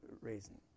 reason